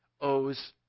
owes